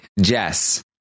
jess